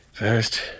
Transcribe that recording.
First